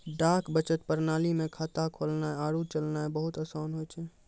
डाक बचत प्रणाली मे खाता खोलनाय आरु चलैनाय बहुते असान होय छै